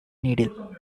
needle